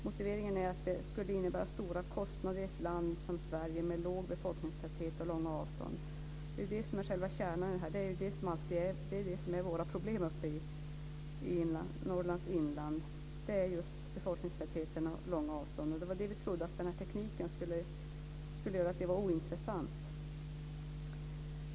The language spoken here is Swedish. Motiveringen är att det skulle innebära stora kostnader i ett land som Sverige med låg befolkningstäthet och långa avstånd. Det är ju det som är själva kärnan i detta. Det är just den låga befolkningstätheten och de långa avstånden som alltid är våra problem i Norrlands inland. Det var det vi trodde att den här tekniken skulle göra ointressant.